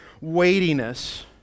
weightiness